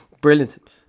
Brilliant